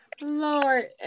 Lord